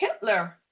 Hitler